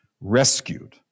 rescued